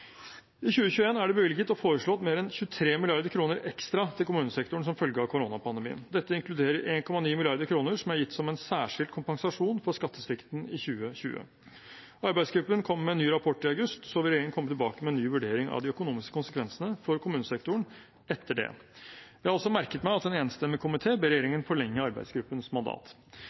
I 2021 er det bevilget og foreslått mer enn 23 mrd. kr ekstra til kommunesektoren som følge av koronapandemien. Dette inkluderer 1,9 mrd. kr som er gitt som en særskilt kompensasjon for skattesvikten i 2020. Når arbeidsgruppen kommer med en ny rapport i august, vil regjeringen komme tilbake med en ny vurdering av de økonomiske konsekvensene for kommunesektoren etter det. Jeg har også merket meg at en enstemmig komité ber regjeringen forlenge arbeidsgruppens mandat.